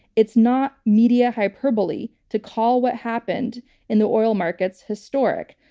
it's not media hyperbole to call what happened in the old markets historic.